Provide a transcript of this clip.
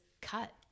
cut